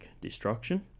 destruction